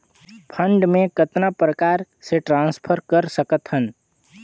Fund मे कतना प्रकार से ट्रांसफर कर सकत हन?